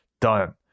done